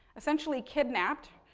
essentially kidnapped,